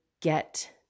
get